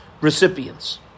Recipients